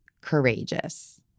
courageous